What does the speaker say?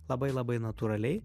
labai labai natūraliai